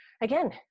again